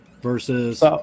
versus